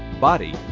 body